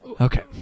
Okay